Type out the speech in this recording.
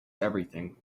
everything